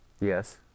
yes